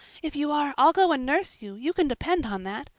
if you are i'll go and nurse you, you can depend on that.